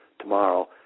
tomorrow